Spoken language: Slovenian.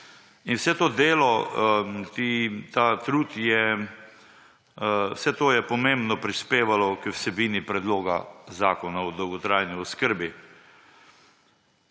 In vse to delo, ta trud, vse to je pomembno prispevalo k vsebini predloga zakona o dolgotrajni oskrbi.